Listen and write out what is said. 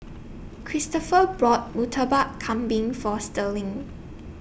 Kristopher brought Murtabak Kambing For Sterling